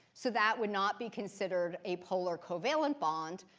so that would not be considered a polar covalent bond.